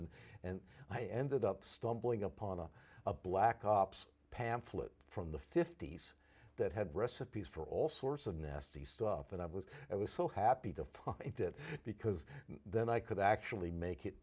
ricin and i ended up stumbling upon a black ops pamphlet from the fifty's that had recipes for all sorts of nasty stuff and i was i was so happy to find it because then i could actually make it